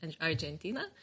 Argentina